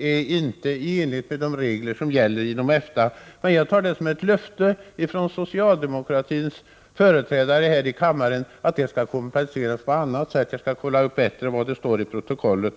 är inte i enlighet med de regler som gäller inom EFTA. Jag tar det som ett löfte från socialdemokraternas företrädare här i kammaren att detta skall kompenseras på annat sätt. Jag skall kontrollera vad det står i protokollet.